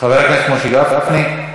חבר הכנסת משה גפני,